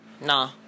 Nah